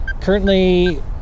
currently